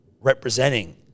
representing